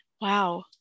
wow